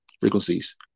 frequencies